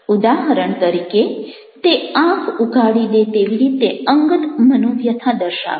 ઉદાહરણ તરીકે તે આંખ ઉઘાડી દે તેવી રીતે અંગત મનોવ્યથા દર્શાવે છે